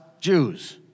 Jews